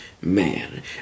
man